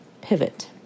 pivot